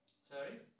Sorry